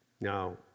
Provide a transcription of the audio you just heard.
Now